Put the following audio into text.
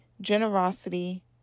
generosity